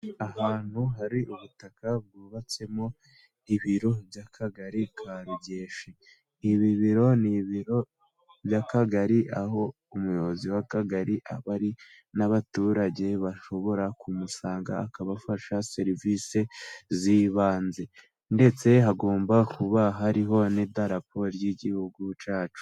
Ahantu hari ubutaka bwubatsemo ibiro by'akagari ka Rugeshi, ibi biro ni ibiro by'akagari aho umuyobozi w'akagari aba ari n'abaturage bashobora kumusanga akabafasha serivisi z'ibanze, ndetse hagomba kuba hariho n'idaraporo ry'igihugu cyacu.